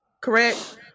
correct